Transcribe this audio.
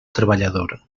treballador